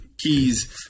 keys